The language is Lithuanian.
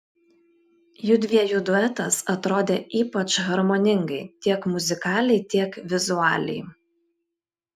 judviejų duetas atrodė ypač harmoningai tiek muzikaliai tiek vizualiai